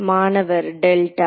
மாணவர் டெல்டா